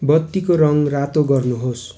बत्तीको रङ रातो गर्नु होस्